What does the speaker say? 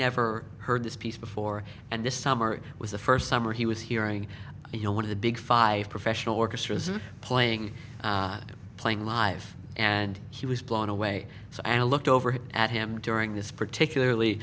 never heard this piece before and this summer was the first summer he was hearing you know one of the big five professional orchestras are playing playing live and he was blown away so i looked over at him during this particularly